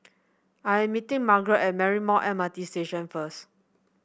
I am meeting Margarette at Marymount M R T Station first